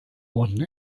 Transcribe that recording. won